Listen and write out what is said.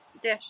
dish